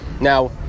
Now